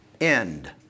end